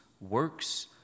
works